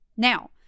Now